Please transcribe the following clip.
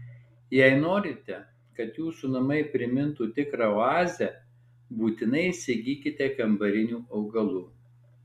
jei norite kad jūsų namai primintų tikrą oazę būtinai įsigykite kambarinių augalų